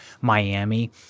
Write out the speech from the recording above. Miami